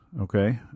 okay